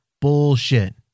Bullshit